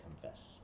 confess